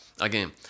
again